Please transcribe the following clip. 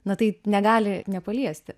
na tai negali nepaliesti